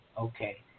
Okay